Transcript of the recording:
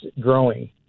growing